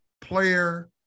player